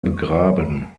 begraben